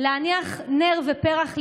ולהניח נר ופרח,